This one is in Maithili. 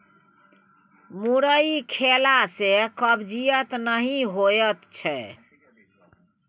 मुरइ खेला सँ कब्जियत नहि होएत छै